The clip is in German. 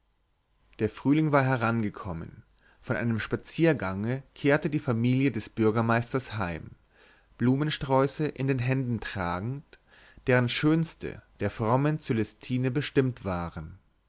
der frühling war herangekommen von einem spaziergange kehrte die familie des bürgermeisters heim blumensträuße in den händen tragend deren schönste der frommen cölestine bestimmt waren